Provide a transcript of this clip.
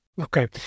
Okay